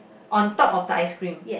on top of the ice cream